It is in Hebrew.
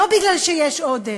לא כי יש עודף,